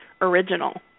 original